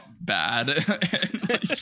bad